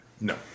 No